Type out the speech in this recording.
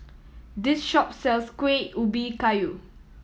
this shop sells Kuih Ubi Kayu